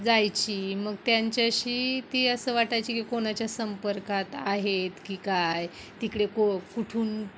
जायची मग त्यांच्याशी ती असं वाटायची की कोणाच्या संपर्कात आहेत की काय तिकडे को कुठून